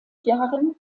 jahren